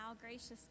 gracious